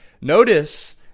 Notice